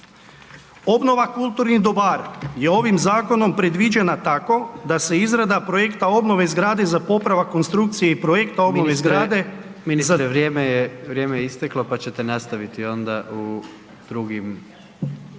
Obnova kulturnih dobara je ovim zakonom predviđena tako da se izrada projekta obnove zgrade za popravak konstrukcije i projekta obnove zgrade … **Jandroković, Gordan (HDZ)** Ministre, ministre, vrijeme je isteklo, pa ćete nastaviti u drugim